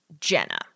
Jenna